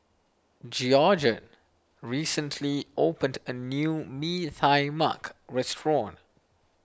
Georgette recently opened a new Mee Tai Mak restaurant